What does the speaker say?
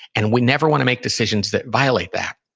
and we never want to make decisions that violate that.